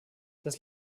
das